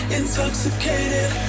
intoxicated